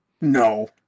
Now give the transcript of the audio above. No